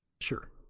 Sure